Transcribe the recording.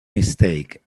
mistake